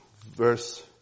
verse